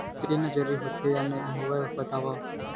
ऋण जरूरी होथे या नहीं होवाए बतावव?